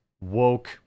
woke